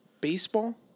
baseball